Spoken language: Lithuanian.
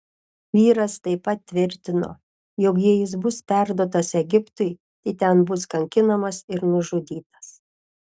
vyras taip pat tvirtino jog jei jis bus perduotas egiptui tai ten bus kankinamas ir nužudytas